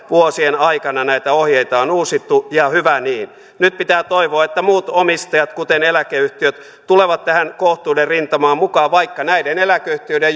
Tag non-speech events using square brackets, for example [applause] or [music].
vuosien aikana näitä ohjeita on uusittu ja hyvä niin nyt pitää toivoa että muut omistajat kuten eläkeyhtiöt tulevat tähän kohtuuden rintamaan mukaan vaikka näiden eläkeyhtiöiden [unintelligible]